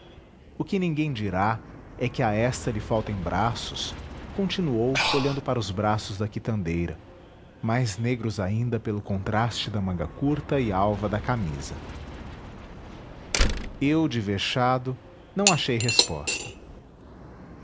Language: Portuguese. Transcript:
o que ninguém dirá é que a esta lhe faltem braços continuou olhando para os braços da quitandeira mais negros ainda pelo contraste da manga curta e alva da camisa eu de vexado não achei resposta